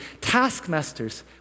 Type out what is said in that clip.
Taskmasters